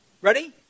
Ready